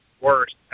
worse